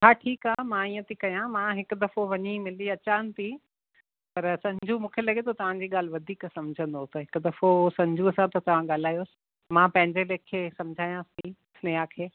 हा ठीकु आहे मां ईअं थी कयां मां हिक दफ़ो वञी मिली अचां थी पर संजू मूंखे लॻे थो तव्हांजी ॻाल्हि वधीक सम्झंदो त हिक दफ़ो संजू सां त तव्हां ॻाल्हायोसि मां पंहिंजे लेखे सम्झायांस थी स्नेहा खे